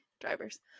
drivers